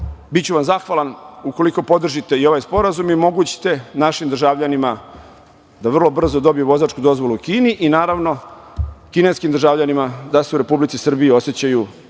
vam zahvalan ukoliko podržite i ovaj sporazum i omogućite našim državljanima da vrlo brzo dobiju vozačku dozvolu u Kini i naravno, kineskim državljanima da se u Republici Srbiji osećaju